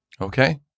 Okay